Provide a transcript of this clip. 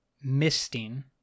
misting